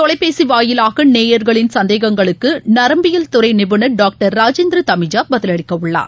தொலைபேசி வாயிலாக நேயர்களின் சந்தேகங்களுக்கு நரம்பியல் துறை நிபுணர் டாக்டர் ராஜேந்திர தமீஜா பதில் அளிக்க உள்ளார்